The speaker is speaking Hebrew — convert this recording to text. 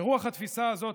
ברוח התפיסה הזאת,